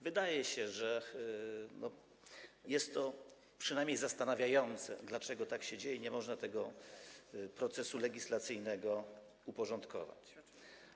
Wydaje się, że jest to przynajmniej zastanawiające, dlaczego tak się dzieje i dlaczego nie można tego procesu legislacyjnego uporządkować.